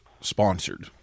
sponsored